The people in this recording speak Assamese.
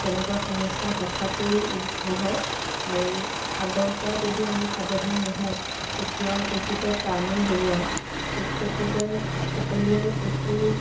তেনেকুৱা সমস্যা হঠাতেই উদ্ভৱ হয় আৰু আগৰ পৰা যদি আমি সাৱধান নহওঁ তেতিয়া বহুতে প্ৰাণো হেৰুৱায় সেই গতিকে সকলোৱে এইটো